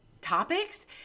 topics